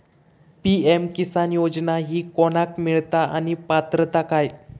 PM Kisan योजना ही कोणाक मिळता आणि पात्रता काय?